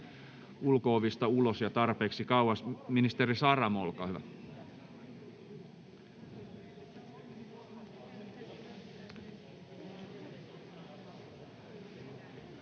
ulko-ovista ulos ja tarpeeksi kauas. — Ministeri Saramo, olkaa hyvä.